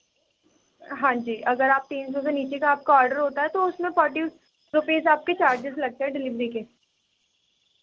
ہاں جی اگر آپ تین سو سے نیچے کا آپ کا آرڈر ہوتا ہے تو اس میں فورٹی روپیز آپ کے چارجز لگتے ہے ڈلیوری کے